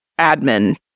admin